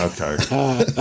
Okay